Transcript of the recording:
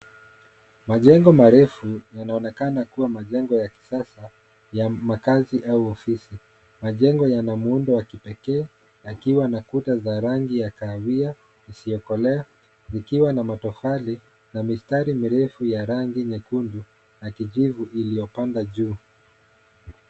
Majengo marefu inaonekana kuwa majengo ya kisasa ya makazi au ofisi. Majengo yana muundo wa kipekee yakiwa na kuta za rangi ya kahawia isiyokolea zikiwa na matofali na mistari mirefu ya rangi nyekundu na kijivu iliyopanda juu.